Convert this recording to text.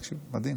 תקשיב, מדהים.